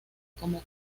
como